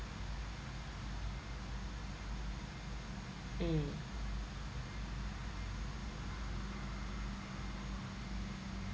mm